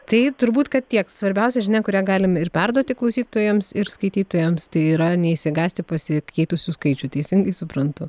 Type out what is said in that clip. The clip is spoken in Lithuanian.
tai turbūt kad tiek svarbiausia žinia kurią galim ir perduoti klausytojams ir skaitytojams tai yra neišsigąsti pasikeitusių skaičių teisingai suprantu